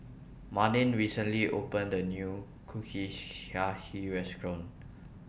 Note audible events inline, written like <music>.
Marlin recently opened A New <unintelligible> Restaurant